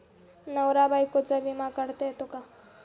नवरा बायकोचा विमा काढता येतो का?